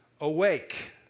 awake